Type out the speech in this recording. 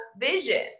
vision